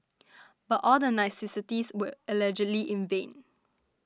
but all the niceties were allegedly in vain